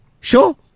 Sure